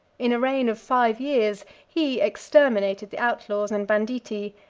in a reign of five years, he exterminated the outlaws and banditti,